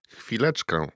Chwileczkę